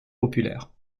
populaires